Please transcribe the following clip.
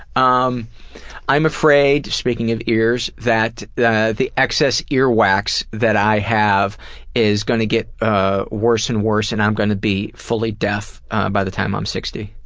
um i'm afraid, speaking of ears, that the the excess ear wax that i have is gonna get ah worse and worse and i'm gonna be fully deaf by the time i'm sixty.